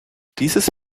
dieses